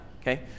okay